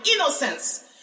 innocence